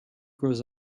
grows